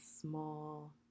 small